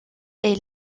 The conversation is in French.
est